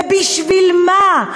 ובשביל מה?